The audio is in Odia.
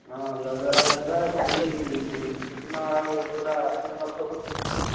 ହଁ ଲଡ଼ୁବାବା ଯିବା ସେଠି ସେଦିନ ଆଉ ପୁରା ତୁ ବ୍ରତ କରୁଛୁ ଟି